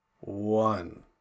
one